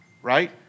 Right